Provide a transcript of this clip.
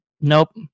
nope